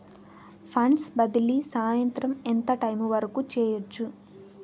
funds బదిలీ సాయంత్రం ఎంత టైము వరకు చేయొచ్చు